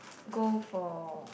go for